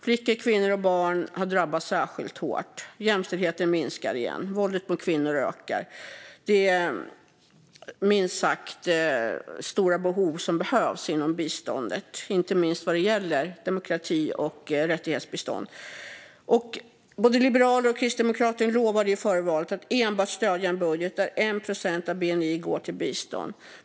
Flickor, kvinnor och barn har drabbats särskilt hårt. Jämställdheten minskar igen, och våldet mot kvinnor ökar. Det finns minst sagt stora behov inom biståndet, inte minst när det gäller demokrati och rättighetsbistånd. Både liberaler och kristdemokrater lovade före valet att enbart stödja en budget där 1 procent av bni går till bistånd.